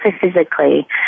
physically